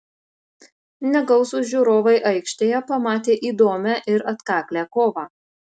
negausūs žiūrovai aikštėje pamatė įdomią ir atkaklią kovą